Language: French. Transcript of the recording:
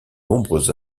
nombreuses